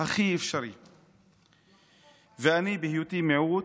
הכי אפשרי, ואני, בהיותי מיעוט,